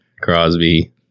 Crosby